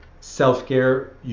self-care